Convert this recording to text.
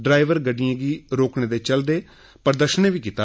ड्राईवरे गड्डियें गी रोकने दे चलदे प्रदर्शन बी कीता